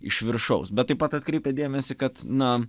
iš viršaus bet taip pat atkreipiat dėmesį kad na